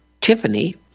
Tiffany